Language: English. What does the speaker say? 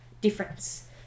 difference